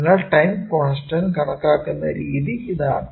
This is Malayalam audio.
അതിനാൽ ടൈം കോൺസ്റ്റന്റ് കണക്കാക്കുന്ന രീതി ഇതാണ്